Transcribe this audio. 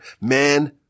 Man